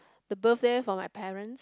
the birthday for my parents